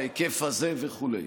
בהיקף הזה וכו'.